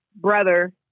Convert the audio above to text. brother